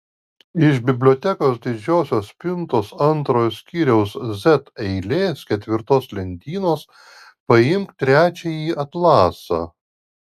iš bibliotekos didžiosios spintos antrojo skyriaus z eilės ketvirtos lentynos paimk trečiąjį atlasą